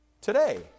today